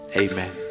Amen